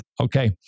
Okay